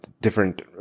different